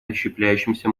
расщепляющемся